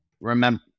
remember